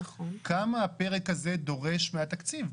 כמה הפרק הזה דורש מהתקציב?